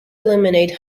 eliminate